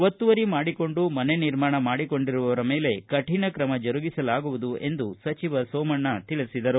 ಒತ್ತುವರಿ ಮಾಡಿಕೊಂಡು ಮನೆ ನಿರ್ಮಾಣ ಮಾಡಿಕೊಂಡಿರುವವರ ಮೇಲೆ ಕೌಣ ಕ್ರಮ ಜರುಗಿಸಲಾಗುವುದು ಎಂದು ಸೋಮಣ್ಣ ಹೇಳಿದರು